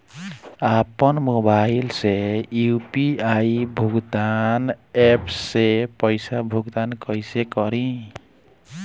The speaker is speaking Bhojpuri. आपन मोबाइल से यू.पी.आई भुगतान ऐपसे पईसा भुगतान कइसे करि?